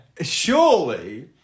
surely